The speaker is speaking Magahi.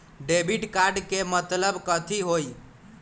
डेबिट कार्ड के मतलब कथी होई?